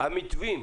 די במתווים